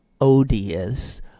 odious